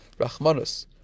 Rachmanus